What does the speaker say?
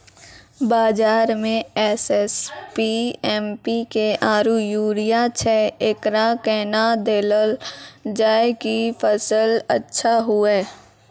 बाजार मे SSP, MPK आरु यूरिया छैय, एकरा कैना देलल जाय कि फसल अच्छा हुये?